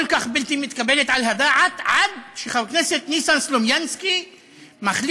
כל כך בלתי מתקבלת על הדעת עד שחבר הכנסת ניסן סלומינסקי מחליט